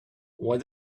what